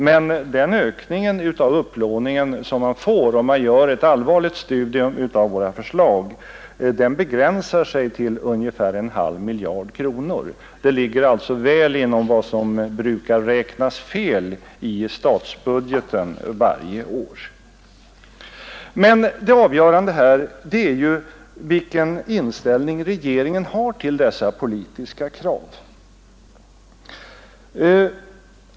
Men den ökning av upplåningen man får fram vid ett allvarligt studium av våra förslag begränsar sig till ungefär en halv miljard kronor. Det ligger alltså väl inom vad som brukar räknas fel i statsbudgeten varje år. Det avgörande här är emellertid vilken inställning regeringen har till dessa politiska krav.